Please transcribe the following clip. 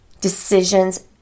Decisions